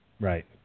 Right